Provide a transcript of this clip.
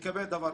יעל,